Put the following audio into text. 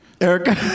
Erica